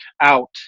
out